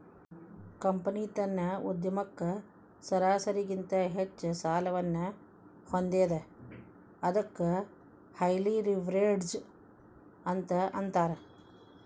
company ತನ್ನ ಉದ್ಯಮಕ್ಕ ಸರಾಸರಿಗಿಂತ ಹೆಚ್ಚ ಸಾಲವನ್ನ ಹೊಂದೇದ ಅದಕ್ಕ ಹೈಲಿ ಲಿವ್ರೇಜ್ಡ್ ಅಂತ್ ಅಂತಾರ